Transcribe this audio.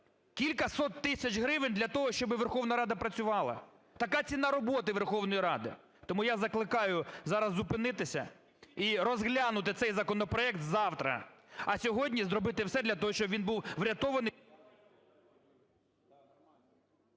кількасот тисяч гривень для того, щоби Верховна Рада працювала. Така ціна роботи Верховної Ради. Тому я закликаю зараз зупинитися і розглянути цей законопроект завтра. А сьогодні зробити все для того, щоб він був врятований…